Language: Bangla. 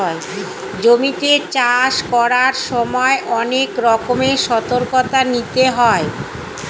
জমিতে চাষ করার সময় অনেক রকমের সতর্কতা নিতে হয়